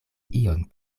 ion